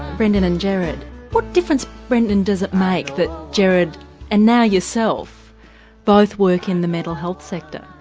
brendon and gerard what difference, brendon, does it make that gerard and now yourself both work in the mental health sector,